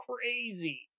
crazy